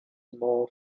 more